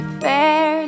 fair